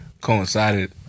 coincided